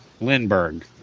Lindbergh